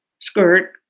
skirt